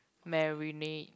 marinate